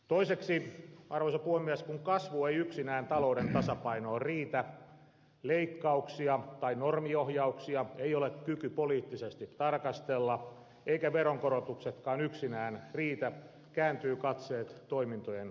toiseksi arvoisa puhemies kun kasvu ei yksinään talouden tasapainoon riitä leikkauksia tai normiohjauksia ei ole kykyä poliittisesti tarkastella eivätkä veronkorotuksetkaan yksinään riitä kääntyvät katseet toimintojen tehostamiseen